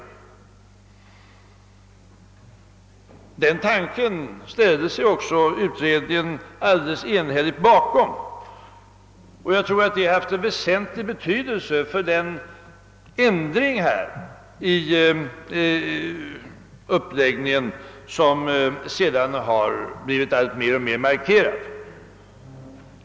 Den tanken ställde sig också utredningen enhälligt bakom, och det har haft en väsentlig betydelse för den ändring i uppläggningen av arbetsmarknadspolitiken som sedan har blivit alltmer markerad.